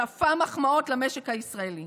ושפע מחמאות למשק הישראלי.